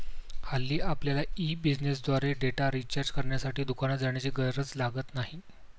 हल्ली आपल्यला ई बिझनेसद्वारे डेटा रिचार्ज करण्यासाठी दुकानात जाण्याची गरज लागत नाही